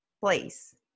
place